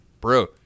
Bro